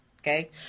Okay